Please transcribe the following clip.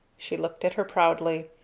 she looked at her proudly.